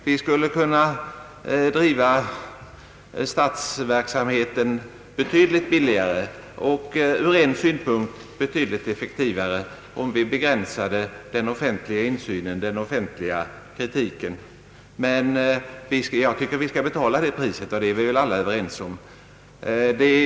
Vi skulle kunna driva statsverksamheten betydligt billigare och ur en del synpunkter avsevärt effektivare om vi begränsade den offentliga insynen och kritiken. Men jag tror att vi alla är ense om att detta pris skall betalas.